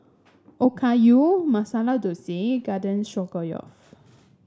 Okayu Masala Dosa Garden Stroganoff